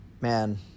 Man